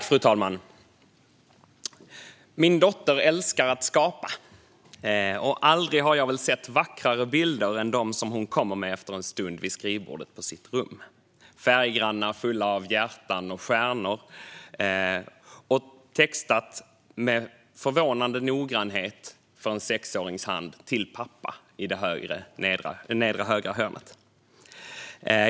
Fru talman! Min dotter älskar att skapa. Aldrig har jag väl sett vackrare bilder än dem som hon kommer med efter en stund vid skrivbordet på sitt rum. De är färggranna och fulla av hjärtan och stjärnor. Och i det nedre högra hörnet är det textat med en förvånansvärd noggrannhet, med tanke på att det är gjort av en sexårings hand: till pappa.